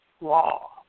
law